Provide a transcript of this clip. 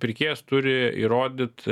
pirkėjas turi įrodyt